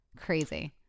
Crazy